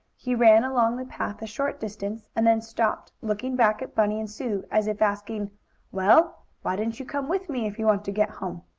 he ran along the path a short distance, and then stopped, looking back at bunny and sue as if asking well, why don't you come with me if you want to get home?